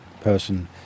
person